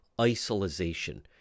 isolation